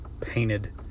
painted